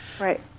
Right